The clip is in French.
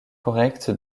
correct